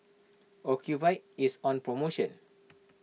Ocuvite is on promotion